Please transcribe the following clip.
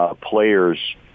players